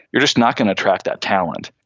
you're just not going to attract that talent.